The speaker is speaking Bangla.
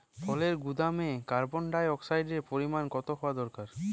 ফলের গুদামে কার্বন ডাই অক্সাইডের পরিমাণ কত হওয়া দরকার?